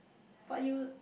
but you